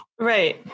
Right